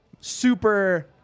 super